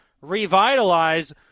revitalize